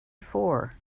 four